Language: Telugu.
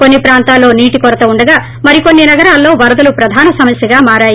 కొన్ని ప్రాంతాల్లో నీటి కొరత ఉండగా మరికొన్ని నగరాల్లో వరదలు ప్రధాన సమస్యగా మారాయి